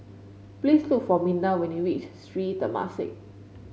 please look for Minda when you reach Sri Temasek